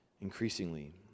increasingly